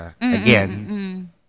Again